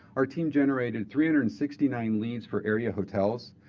our team generated three hundred and sixty nine leads for area hotels.